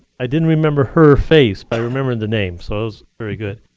i didn't remember her face, but i remembered the name. so it was very good.